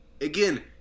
Again